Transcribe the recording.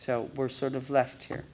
so we're sort of left here